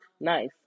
nice